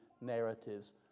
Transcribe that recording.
narratives